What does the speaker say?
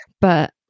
But-